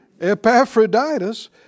Epaphroditus